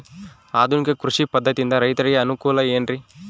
ಆಧುನಿಕ ಕೃಷಿ ಪದ್ಧತಿಯಿಂದ ರೈತರಿಗೆ ಅನುಕೂಲ ಏನ್ರಿ?